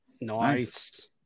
Nice